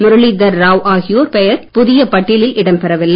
முரளீதர் ராவ் ஆகியோர் பெயர் புதிய பட்டியலில் இடம் பெறவில்லை